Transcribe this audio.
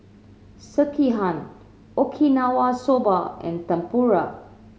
Sekihan Okinawa Soba and Tempura